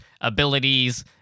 abilities